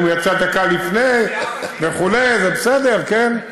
והוא יצא דקה לפני, וכו' זה בסדר, כן.